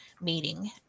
meeting